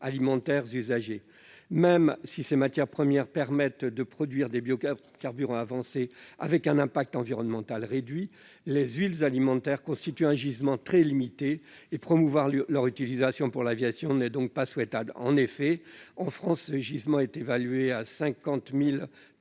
alimentaires usagées. Même si ces matières premières permettent de produire des biocarburants avancés avec un impact environnemental réduit, les huiles alimentaires constituent un gisement très limité. Promouvoir leur utilisation pour l'aviation n'est donc pas souhaitable. En France, elles représentent un gisement de 50 000